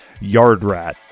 Yardrat